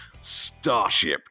Starship